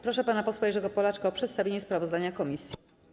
Proszę pana posła Jerzego Polaczka o przedstawienie sprawozdania komisji.